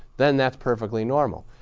then that's perfectly normal.